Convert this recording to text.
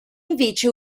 invece